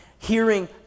Hearing